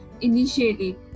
initially